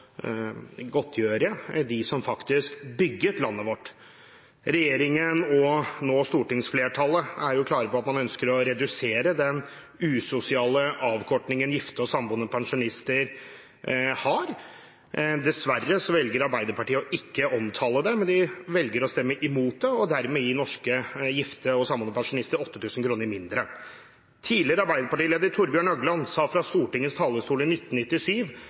godtgjøre dem som faktisk bygde landet vårt. Regjeringen og nå stortingsflertallet er jo klare på at man ønsker å redusere den usosiale avkortningen gifte og samboende pensjonister har. Dessverre velger Arbeiderpartiet ikke å omtale det, men de velger å stemme imot det og dermed gi norske gifte og samboende pensjonister 8 000 kr mindre. Tidligere arbeiderpartileder Thorbjørn Jagland sa fra Stortingets talerstol i 1997